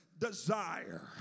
desire